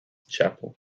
chapel